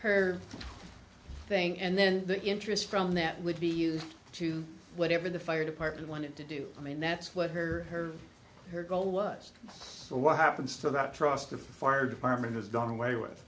her thing and then the interest from that would be used to whatever the fire department wanted to do i mean that's what her or her goal was what happens to that trust the fire department has done away with